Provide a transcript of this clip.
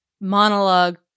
monologue